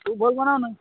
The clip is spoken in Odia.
ତୁ ବୋହିବୁ ନା ନାଇଁ